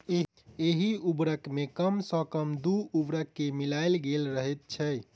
एहि उर्वरक मे कम सॅ कम दू उर्वरक के मिलायल गेल रहैत छै